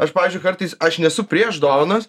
aš pavyzdžiui kartais aš nesu prieš dovanos